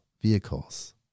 vehicles